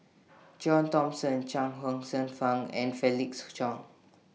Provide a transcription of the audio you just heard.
John Thomson Chuang Hsueh Fang and Felix Cheong